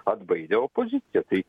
atbaidė opoziciją tai